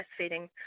breastfeeding